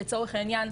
לצורך העניין,